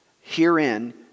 herein